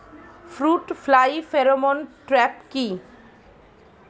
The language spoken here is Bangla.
ফ্রুট ফ্লাই ফেরোমন ট্র্যাপ কি?